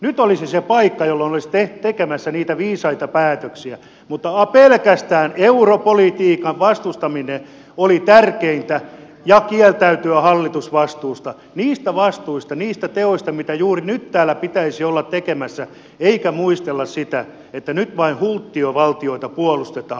nyt olisi se paikka jolloin olisitte tekemässä niitä viisaita päätöksiä mutta pelkästään europolitiikan vastustaminen oli tärkeintä ja syy kieltäytyä hallitusvastuusta niistä vastuista niistä teoista mitä juuri nyt täällä pitäisi olla tekemässä eikä muistella sitä että nyt vain hulttiovaltioita puolustetaan